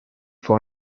fue